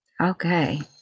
okay